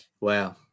Wow